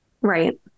Right